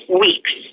weeks